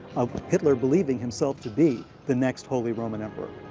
of hitler believing himself to be the next holy roman emperor.